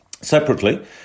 Separately